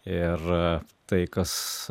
ir tai kas